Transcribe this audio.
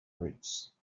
roots